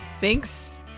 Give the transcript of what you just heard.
Thanks